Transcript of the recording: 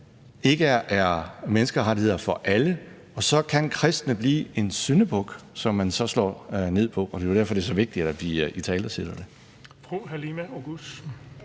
ikke er menneskerettigheder for alle, og så kan kristne blive en syndebuk, som man slår ned på. Og det er jo derfor, det er så vigtigt, at vi italesætter det.